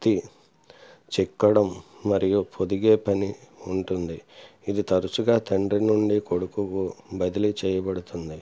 సుత్తి చెక్కడం మరియు పొదిగే పని ఉంటుంది ఇది తరచుగా తండ్రి నుండి కొడుకుకు బదిలీ చేయబడుతుంది